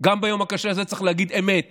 גם ביום הקשה הזה צריך להגיד אמת